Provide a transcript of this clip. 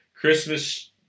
Christmas